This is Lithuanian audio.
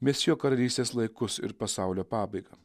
mesijo karalystės laikus ir pasaulio pabaigą